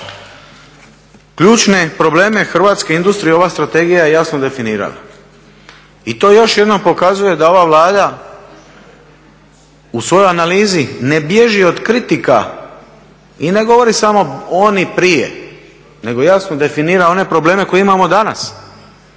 Ključne problem hrvatske industrije ova strategija je jasno definirala. I to još jednom pokazuje da ova Vlada u svojoj analizi ne bježi od kritika i ne govori samo oni prije nego jasno definira one problem koje imamo danas